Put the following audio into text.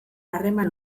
harreman